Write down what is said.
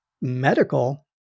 medical